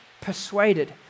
persuaded